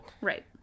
Right